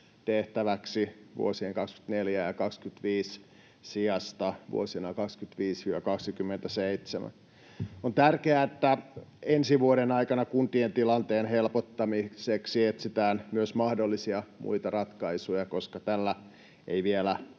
tehtäväksi vuosien 24 ja 25 sijasta vuosina 25—27. On tärkeää, että ensi vuoden aikana kuntien tilanteen helpottamiseksi etsitään myös mahdollisia muita ratkaisuja, koska tällä ei vielä